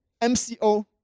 MCO